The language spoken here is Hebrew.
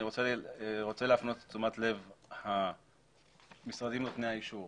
אני רוצה להפנות תשומת לב המשרדים נותני האישור